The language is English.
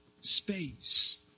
space